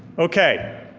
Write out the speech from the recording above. okay,